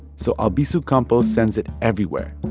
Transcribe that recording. so albizu campos sends it everywhere,